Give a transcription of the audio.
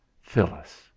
Phyllis